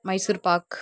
Mysore Pak